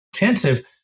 intensive